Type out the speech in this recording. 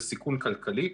זה סיכון כלכלי,